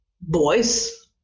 boys